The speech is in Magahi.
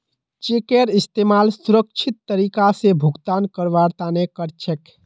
चेकेर इस्तमाल सुरक्षित तरीका स भुगतान करवार तने कर छेक